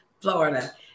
Florida